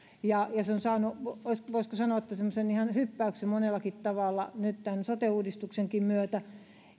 ja se on saanut voisiko voisiko sanoa semmoisen ihan hyppäyksen monellakin tavalla nyt tämän sote uudistuksenkin myötä